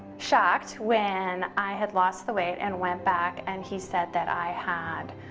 shocked when i had lost the weight and went back and he said that i had